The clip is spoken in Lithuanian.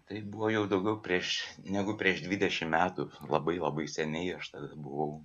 tai buvo jau daugiau prieš negu prieš dvidešimt metų labai labai seniai aš tada buvau